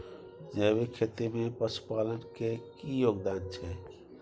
जैविक खेती में पशुपालन के की योगदान छै?